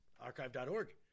Archive.org